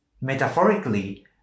metaphorically